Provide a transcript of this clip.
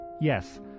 Yes